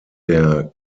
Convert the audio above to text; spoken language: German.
der